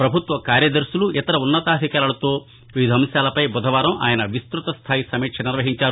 పభుత్వ కార్యదర్శులు ఇతర ఉన్నతాధికారులతో వివిద అంశాలపై బుదవారం ఆయన విస్తృతస్థాయి సమీక్ష నిర్వహించారు